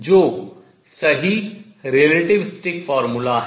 जो सही आपेक्षिकीय सूत्र है